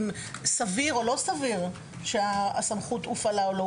אם סביר או לא סביר שהסמכות הופעלה.